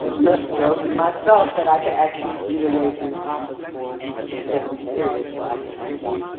to stroking myself that i could actually be away from the office for a four-week period, so i can actually,